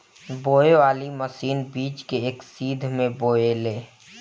बोवे वाली मशीन बीज के एक सीध में बोवेले